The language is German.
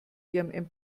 ihrem